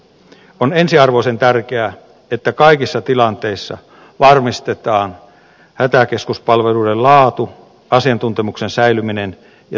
on ensiarvoisen tärkeää että kaikissa tilanteissa varmistetaan hätäkeskuspalveluiden laatu asiantuntemuksen säilyminen ja toimintavarmuus